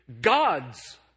God's